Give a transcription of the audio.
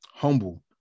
humble